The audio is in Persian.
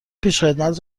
پیشخدمت